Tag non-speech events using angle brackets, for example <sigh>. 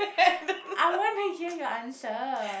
<laughs> I want to hear your answer